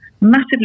massively